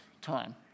time